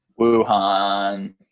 Wuhan